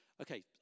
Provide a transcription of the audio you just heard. Okay